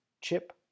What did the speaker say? Chip